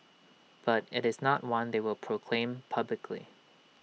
but IT is not one they will proclaim publicly